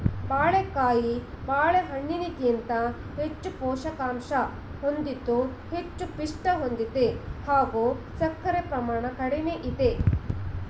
ಬಾಳೆಕಾಯಿ ಬಾಳೆಹಣ್ಣಿಗಿಂತ ಹೆಚ್ಚು ಪೋಷಕಾಂಶ ಹೊಂದಿದ್ದು ಹೆಚ್ಚು ಪಿಷ್ಟ ಹೊಂದಿದೆ ಹಾಗೂ ಸಕ್ಕರೆ ಪ್ರಮಾಣ ಕಡಿಮೆ ಇದೆ